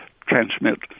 transmit